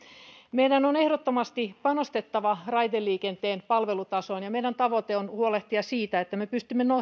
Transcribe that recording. meidän on ehdottomasti panostettava raideliikenteen palvelutasoon ja meidän tavoitteemme on huolehtia siitä että me pystymme